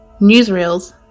newsreels